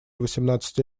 восемнадцати